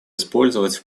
использовать